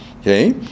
okay